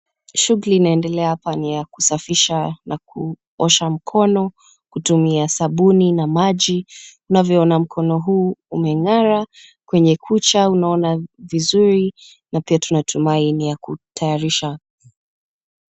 Shughuli inaendelea hapa ni ya kusafisha na kuosha mkono kutumia sabuni na maji. Unavyoona mkono huu umeng'ara, kwenye kucha unaona vizuri na pia tunatumai ni ya kutayarisha.